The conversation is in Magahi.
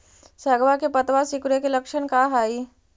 सगवा के पत्तवा सिकुड़े के लक्षण का हाई?